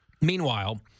meanwhile